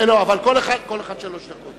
אבל לכל אחד שלוש דקות,